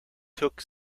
took